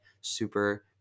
super